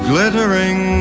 Glittering